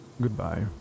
goodbye